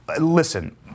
Listen